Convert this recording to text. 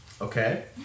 Okay